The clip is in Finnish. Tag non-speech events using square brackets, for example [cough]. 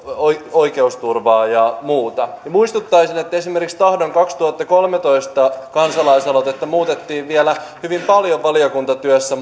oikeusturvaa ja muuta muistuttaisin että esimerkiksi tahdon kaksituhattakolmetoista kansalaisaloitetta muutettiin vielä hyvin paljon valiokuntatyössä [unintelligible]